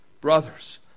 Brothers